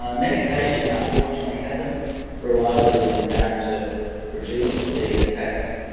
ah medication unfortunately hasn't reliably been found to reduce the attacks,